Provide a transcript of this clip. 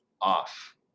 off